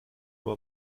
nur